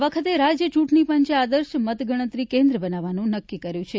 આ વખતે રાજ્ય ચૂંટણી પંચે આદર્શ મતગણતરી કેન્દ્ર બનાવવાનું નક્કી કર્યું છે